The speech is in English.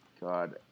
God